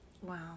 Wow